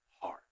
heart